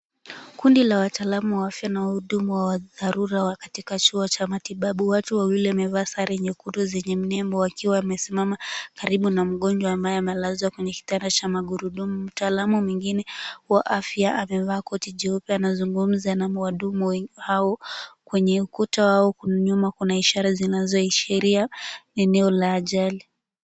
Kundi la wataalamu wa afya na wahudumu wa dharura katika chuo cha matibabu. Watu wawili wamevaa sare nyekundu zenye nembo, wakiwa wamesimama karibu na mgonjwa ambaye amelazwa kwenye kitanda cha magurudumu. Mtaalamu mwingine wa afya, amevaa koti jeupe anazungumza na wahudumu hao. Kwenye ukuta, nyuma yao kuna ishara zinazoashiria, ni eneo la ajali.